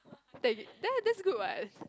that there is that good what